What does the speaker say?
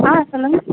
ஆ சொல்லுங்க